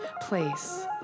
place